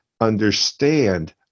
understand